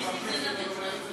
חבר הכנסת מקלב.